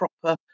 proper